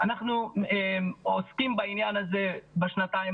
אנחנו עוסקים בעניין הזה בשנתיים